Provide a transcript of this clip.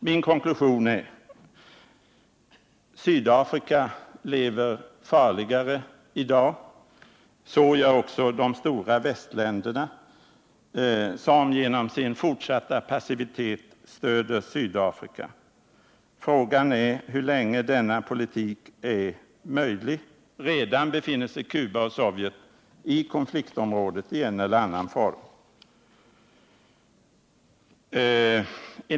Min konklusion är: Sydafrika lever farligare i dag än under 1960-talet. Så gör också de stora västländerna, som genom sin fortsatta passivitet stöder Sydafrika. Frågan är hur länge denna politik är möjlig. Cuba och Sovjet befinner sig redan — i en eller annan form — i konfliktområdet.